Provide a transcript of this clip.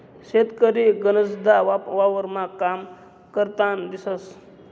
शेतकरी गनचदा वावरमा काम करतान दिसंस